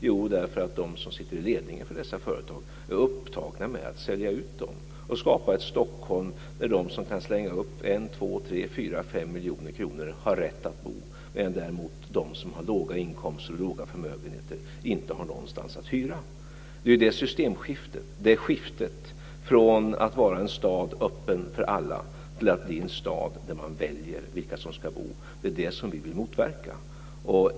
Jo, därför att de som sitter i ledningen för dessa företag är upptagna med att sälja ut dem och skapa ett Stockholm där de som kan slänga upp 1, 2, 3, 4 eller 5 miljoner kronor har rätt att bo, medan däremot de som har låga inkomster och låga förmögenheter inte kan hyra en bostad någonstans. Det är ju det här systemskiftet, från att vara en stad öppen för alla till att bli en stad där man väljer vilka som ska bo, som vi vill motverka.